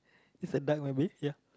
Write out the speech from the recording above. is a duck maybe ya